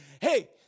Hey